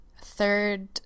third